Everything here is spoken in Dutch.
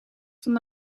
van